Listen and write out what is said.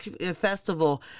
Festival